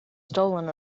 stolen